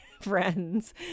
friends